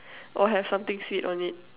or have something sweet on it